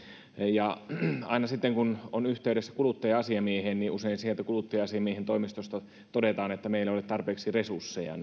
aina sitten kun on yhteydessä kuluttaja asiamieheen usein sieltä kuluttaja asiamiehen toimistosta todetaan että meillä ei ole tarpeeksi resursseja